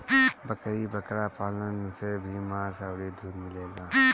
बकरी बकरा पालन से भी मांस अउरी दूध मिलेला